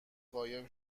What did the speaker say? قایم